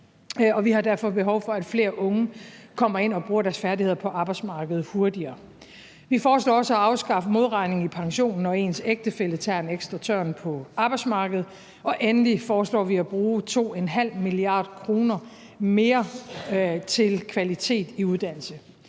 Vi har derfor behov for, at flere unge kommer ind og bruger deres færdigheder på arbejdsmarkedet hurtigere. Vi foreslår også at afskaffe modregningen i pensionen, når ens ægtefælle tager en ekstra tørn på arbejdsmarkedet. Endelig foreslår vi at bruge 2,5 mia. kr. mere til kvalitet i uddannelse.